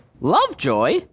Lovejoy